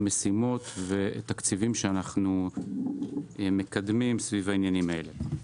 משימות ותקציבים שאנחנו מקדמים בעניינים האלה.